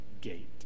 gate